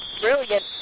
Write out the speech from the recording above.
brilliant